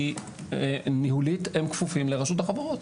כי ניהולית הם כפופים לרשות החברות.